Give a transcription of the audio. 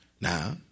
Now